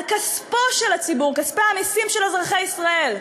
על כספו של הציבור, כספי המסים של אזרחי ישראל,